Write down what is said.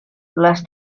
les